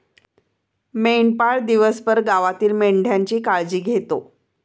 मेंढपाळ दिवसभर गावातील मेंढ्यांची काळजी घेतो